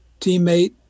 teammate